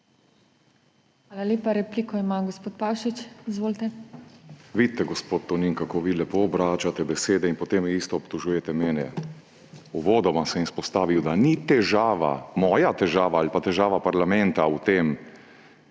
Hvala lepa. Repliko ima gospod Pavšič. Izvolite. ROBERT PAVŠIČ (PS LMŠ): Vidite, gospod Tonin, kako vi lepo obračate besede in potem isto obtožujete mene. Uvodoma sem izpostavil, da ni težava, moja težava ali pa težava parlamenta, v tem,